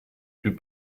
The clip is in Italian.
più